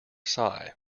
sigh